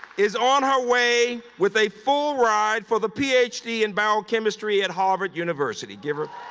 is on her way with a full ride for the ph d. in biochemistry at harvard university. give her.